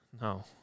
No